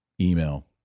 Email